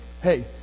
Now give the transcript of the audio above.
hey